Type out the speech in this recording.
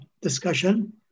discussion